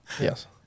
Yes